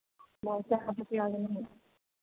ꯍꯥꯞꯄꯁꯨ ꯌꯥꯒꯅꯤ